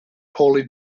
poorly